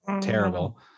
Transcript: terrible